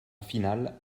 finale